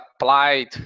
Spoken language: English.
applied